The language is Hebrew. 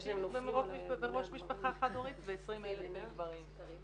נשים בראש משפחה חד הוריות ו-20,000 גברים.